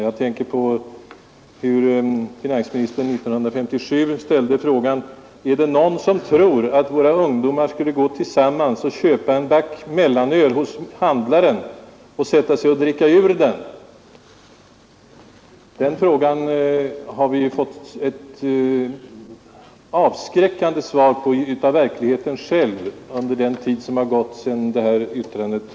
Jag tänker på hur finansministern i första kammaren 1957 ställde frågan: Är det någon som tror att våra ungdomar skulle gå tillsammans och köpa en back mellanöl hos handlaren och sätta sig och dricka ur det? Den frågan har vi ju fått avskräckande svar på av verkligheten själv under den tid som gått sedan frågan ställdes.